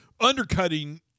undercutting